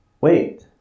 wait